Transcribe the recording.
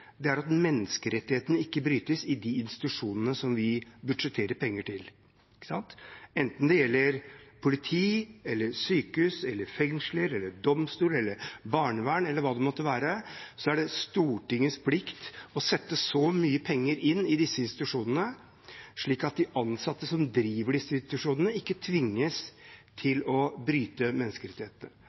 budsjetterer, er at menneskerettighetene ikke brytes i de institusjonene vi budsjetterer penger til. Enten det gjelder politi, sykehus, fengsler, domstoler, barnevern eller hva det måtte være, er det Stortingets plikt å sette så mye penger inn i disse institusjonene at de ansatte som driver disse institusjonene, ikke tvinges til å bryte menneskerettighetene.